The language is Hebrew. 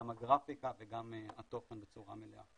גם הגרפיקה וגם התוכן בצורה מלאה.